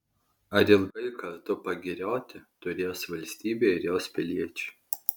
ar ilgai kartu pagirioti turės valstybė ir jos piliečiai